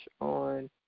on